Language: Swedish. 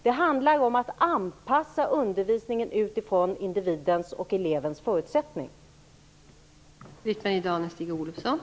Det handlar alltså om att anpassa undervisningen till individens/elevens förutsättningar.